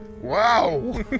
Wow